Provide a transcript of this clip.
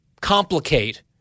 complicate